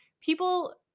people